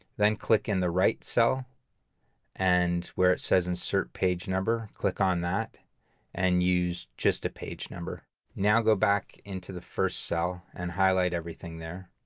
then click in the right cell and where it says insert page number click on that and use just a page number now go back into the first cell and highlight everything there.